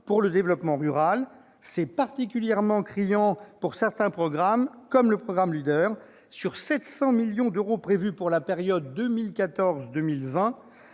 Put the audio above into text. pour le développement rural. Ces problèmes sont particulièrement criants pour certains programmes, comme le programme LEADER : sur 700 millions d'euros prévus pour la période 2014-2020,